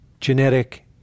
genetic